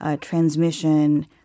transmission